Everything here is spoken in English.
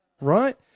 right